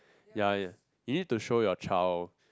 ya you need to show your child